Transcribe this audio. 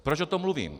Proč o tom mluvím?